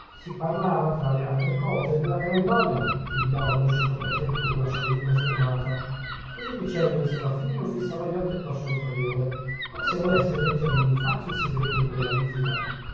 si parlava tra l'altre cose della gran noia che vi dava quel sottoprefetto con la sua lunga fermata così dicendo il serafino fissava gli occhi addosso al priore come se volesse leggergli in faccia il segreto di quella visita